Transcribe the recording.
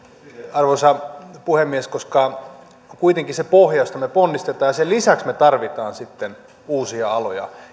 arvoisa puhemies meillä kuitenkin on se pohja josta me ponnistamme ja sen lisäksi me tarvitsemme sitten uusia aloja